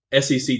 SEC